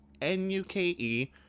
NUKE